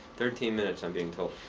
thirteen minutes i'm being told.